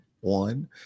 one